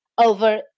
over